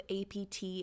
APT